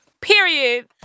Period